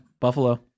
Buffalo